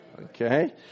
Okay